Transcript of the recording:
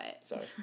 Sorry